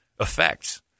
effects